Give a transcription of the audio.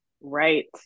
right